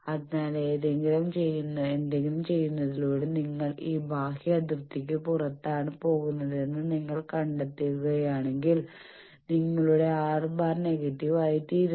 അതിനാൽ എന്തെങ്കിലും ചെയ്യുന്നതിലൂടെ നിങ്ങൾ ഈ ബാഹ്യ അതിർത്തിക്ക് പുറത്താണ് പോകുന്നതെന്ന് നിങ്ങൾ കണ്ടെത്തുകയാണെങ്കിൽ നിങ്ങളുടെ R⁻ നെഗറ്റീവ് ആയിത്തീരുന്നു